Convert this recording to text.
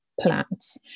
plants